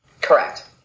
Correct